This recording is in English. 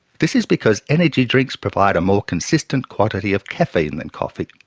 this is because energy drinks provide a more consistent quantity of caffeine than coffee,